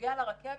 בנוגע לרכבת,